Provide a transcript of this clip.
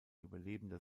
überlebender